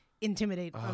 intimidate